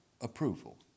approval